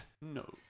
No